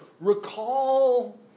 recall